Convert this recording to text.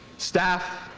staff,